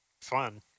fun